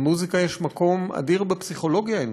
למוזיקה יש מקום אדיר בפסיכולוגיה האנושית.